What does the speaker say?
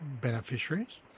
Beneficiaries